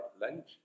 lunch